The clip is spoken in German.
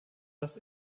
das